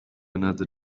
another